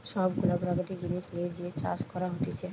সব গুলা প্রাকৃতিক জিনিস লিয়ে যে চাষ করা হতিছে